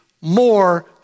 more